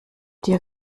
dir